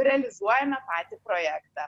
realizuojame patį projektą